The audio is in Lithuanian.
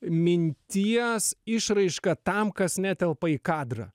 minties išraiška tam kas netelpa į kadrą